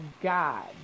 God